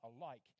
alike